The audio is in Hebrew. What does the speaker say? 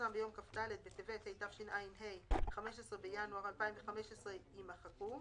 שפורסם ביום כ"ד בטבת התשע"ה (15 בינואר 2015?)" יימחקו,